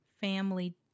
family